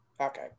Okay